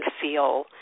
feel